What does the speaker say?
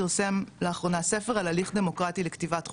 פרסם לאחרונה ספר על הליך דמוקרטי ל כתיבת חוקות,